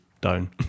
down